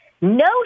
No